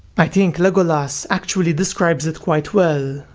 i think legolas actually describes it quite well,